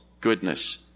goodness